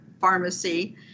pharmacy